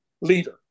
leader